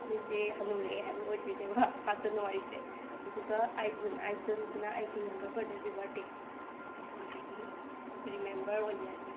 ꯑꯩꯈꯣꯏꯁꯦ ꯍꯅꯨꯔꯛꯑꯦ ꯍꯥꯏꯗꯣ ꯑꯣꯏꯗꯣꯏꯅꯦꯕ ꯐꯥꯁꯠ ꯖꯅꯋꯥꯔꯤꯁꯦ ꯑꯗꯨꯒ ꯑꯩꯠ ꯅꯨꯟ ꯑꯩꯠ ꯖꯨꯅꯁꯤꯅ ꯑꯩꯒꯤ ꯌꯪꯒꯔ ꯕꯔꯗꯔꯒꯤ ꯕꯥꯔꯗꯦ ꯑꯗꯨꯅ ꯑꯩꯒꯤ ꯔꯤꯃꯦꯝꯕꯔ ꯑꯣꯏꯖꯔꯤ